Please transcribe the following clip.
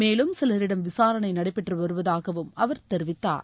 மேலும் சிலரிடம் விசாரணை நடைபெற்று வருவதாகவும் அவர் தெரிவித்தார்